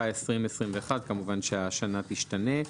התשפ"א-2021 כמובן שהשנה תשתנה.